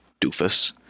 Doofus